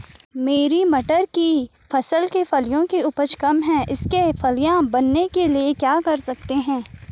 मेरी मटर की फसल की फलियों की उपज कम है इसके फलियां बनने के लिए क्या कर सकते हैं?